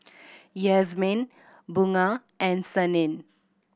Yasmin Bunga and Senin